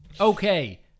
okay